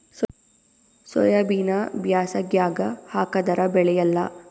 ಸೋಯಾಬಿನ ಬ್ಯಾಸಗ್ಯಾಗ ಹಾಕದರ ಬೆಳಿಯಲ್ಲಾ?